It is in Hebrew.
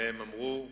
והם אמרו לא.